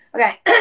Okay